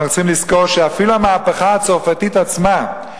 עלינו לזכור שאפילו המהפכה הצרפתית עצמה,